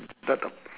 the the